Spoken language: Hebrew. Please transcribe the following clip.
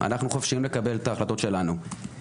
אנחנו חופשיים לקבל את ההחלטות שלנו.